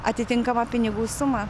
atitinkamą pinigų sumą